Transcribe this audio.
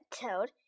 Toad